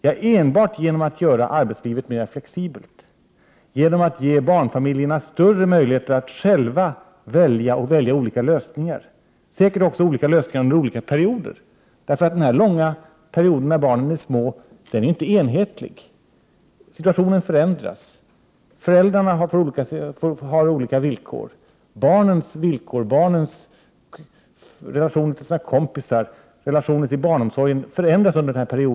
Ja, enbart genom att göra arbetslivet mera flexibelt, genom att ge barnfamiljerna större möjligheter att själva välja olika lösningar, säkert också olika lösningar under olika tidsperioder. Den långa tid då barnen är små är inte enhetlig. Situationen förändras, föräldrarnas villkor, barnens villkor, barnens relationer till kompisar och behov av barnomsorg förändras.